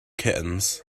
kittens